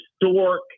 historic